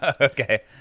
Okay